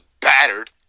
battered